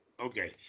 Okay